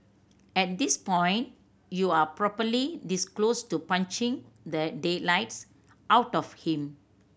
at this point you're probably this close to punching the daylights out of him